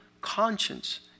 conscience